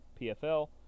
PFL